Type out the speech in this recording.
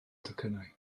docynnau